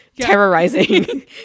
terrorizing